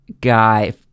guy